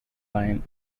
line